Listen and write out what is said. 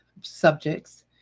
subjects